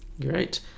Great